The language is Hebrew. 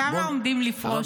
כמה עומדים לפרוש?